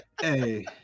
Hey